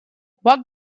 what